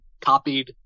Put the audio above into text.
copied